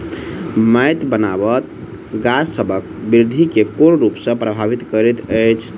माइटक बनाबट गाछसबक बिरधि केँ कोन रूप सँ परभाबित करइत अछि?